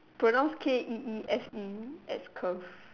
pronounce k e e f e as curve